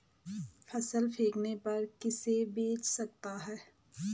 फसल पकने पर किसे बेच सकता हूँ?